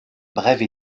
brève